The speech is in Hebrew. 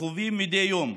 וחווים מדי יום,